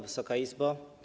Wysoka Izbo!